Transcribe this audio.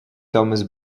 thomas